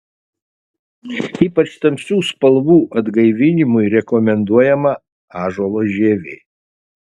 ypač tamsių spalvų atgaivinimui rekomenduojama ąžuolo žievė